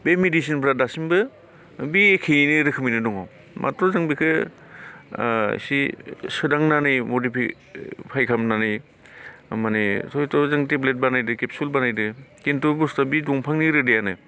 बे मेदिसिनफ्रा दासिमबो बे एखेयैनो रोखोमैनो दङ माथ्र' जों बेखौ इसे सोदांनानै मदिफाय खालामनानै माने हयथ' जोङो टेब्लेट बानायदों केपसुल बानायदों खिन्तु बे बुस्तुआ दंफांनि रोदायानो